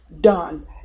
done